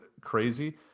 crazy